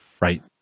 right